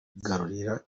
kwigarurira